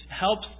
helps